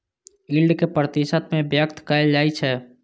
yield कें प्रतिशत मे व्यक्त कैल जाइ छै